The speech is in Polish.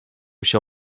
się